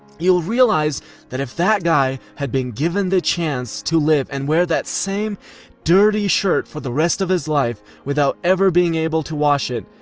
you'll realize that if that guy had been given the chance to live and wear that same dirty shirt for the rest of his life without ever being able to wash it,